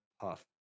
Puff